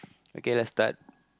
okay let's start